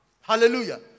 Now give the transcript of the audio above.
Hallelujah